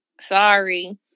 Sorry